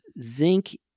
zinc